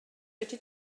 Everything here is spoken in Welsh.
fedri